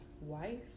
wife